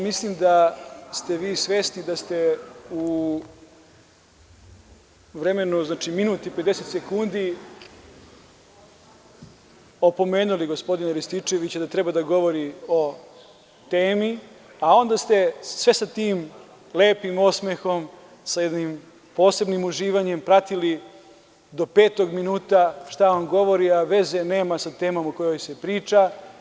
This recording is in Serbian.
Mislim da ste svesni da ste u vremenu, znači minut i 50 sekundi opomenuli gospodina Rističevića da treba da govori o temi, a onda ste sve sa tim lepim osmehom, sa jednim posebnim uživanjem pratili do petog minuta šta on govori, a veze nema sa temom o kojoj se priča.